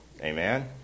amen